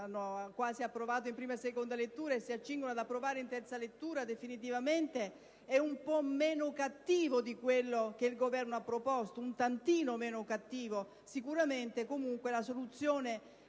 hanno quasi approvato in prima e seconda lettura e che si accingono ad approvare in terza lettura in via definitiva è un po' meno cattivo di quello che il Governo ha proposto: un tantino meno cattivo. Comunque, secondo noi, la soluzione